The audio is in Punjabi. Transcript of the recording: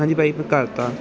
ਹਾਂਜੀ ਭਾਅ ਜੀ ਮੈਂ ਕਰ ਤਾ